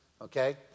okay